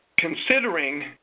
considering